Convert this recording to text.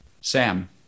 Sam